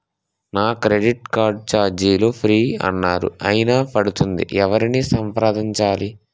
నా credit card ఛార్జీలు free అన్నారు అయినా పడుతుంది ఎవరిని సంప్రదించాలి?